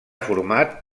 format